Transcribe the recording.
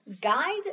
guide